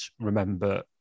remember